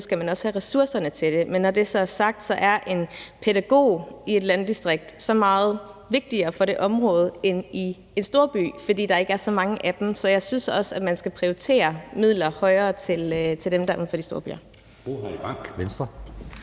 skal man også have ressourcerne til det. Men når det så er sagt, er en pædagog i et landdistrikt så meget vigtigere for det område ind i en storby, fordi der ikke er så mange af dem. Så jeg synes også, at man skal prioritere midler højere til dem, der er uden for de store byer.